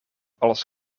als